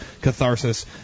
catharsis